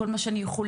את כל מה שאני יכולה,